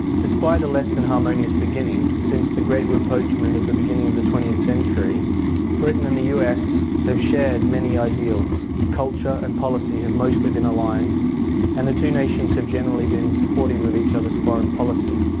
despite a less than harmonious beginning, since the great rapprochement of the beginning of the twentieth century britain and the us have shared many ideals. culture and policy have mostly been aligned and the two nations have generally been supportive of each other's foreign policy.